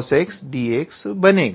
− 1𝑠𝑖𝑛𝑛−2𝑥𝑐𝑜𝑠𝑥−𝑐𝑜𝑠𝑥𝑑𝑥 बनेगा